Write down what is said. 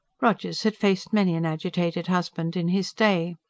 rogers had faced many an agitated husband in his day.